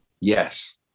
Yes